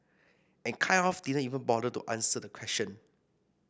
and kind of didn't even bother to answer the question